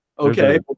okay